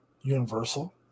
Universal